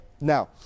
now